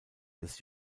des